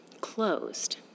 closed